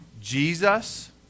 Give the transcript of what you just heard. Jesus